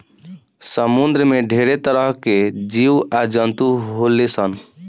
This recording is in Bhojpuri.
समुंद्र में ढेरे तरह के जीव आ जंतु होले सन